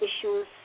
issues